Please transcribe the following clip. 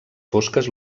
fosques